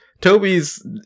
toby's